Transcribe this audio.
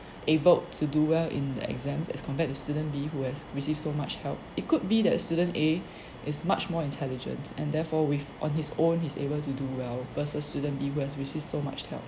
abled to do well in the exams as compared to student B who has received so much help it could be that student A is much more intelligent and therefore with on his own he's able to do well versus student B who has received so much help